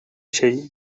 şey